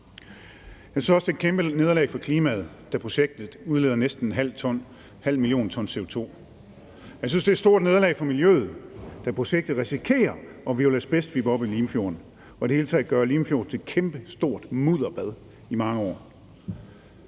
Jeg synes også, at det er et kæmpe nederlag for klimaet, da projektet udleder næsten en halv million ton CO2. Jeg synes, det er et stort nederlag for miljøet, da projektet risikerer at hvirvle asbestfibre op i Limfjorden og i det hele taget gøre Limfjorden til et kæmpe stort mudderbad i mange år.